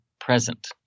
present